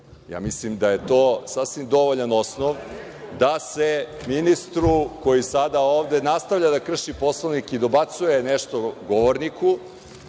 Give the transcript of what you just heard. Mislim da je to sasvim dovoljan osnov da ministra, koji sada ovde nastavlja da krši Poslovnik i dobacuje nešto govorniku,